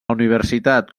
universitat